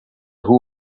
who